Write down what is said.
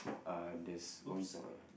uh there's one song ah